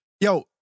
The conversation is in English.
yo